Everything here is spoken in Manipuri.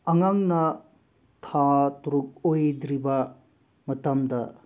ꯑꯉꯥꯡꯅ ꯊꯥ ꯇꯔꯨꯛ ꯑꯣꯏꯗ꯭ꯔꯤꯕ ꯃꯇꯝꯗ